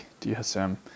DSM